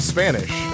Spanish